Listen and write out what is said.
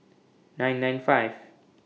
nine nine five